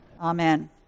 Amen